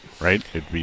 right